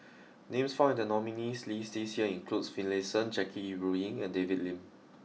names found in the nominees' list this year include Finlayson Jackie Yi Ru Ying and David Lim